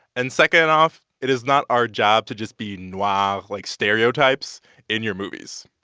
and second off, it is not our job to just be noire ah like stereotypes in your movies.